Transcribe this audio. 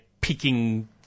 picking